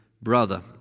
Brother